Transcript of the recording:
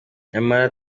nyamara